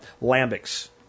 Lambics